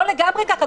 לגמרי כך.